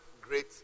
great